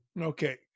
Okay